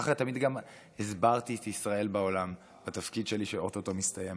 ככה גם תמיד הסברתי את ישראל בעולם בתפקיד שלי שאו-טו-טו מסתיים.